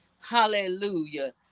Hallelujah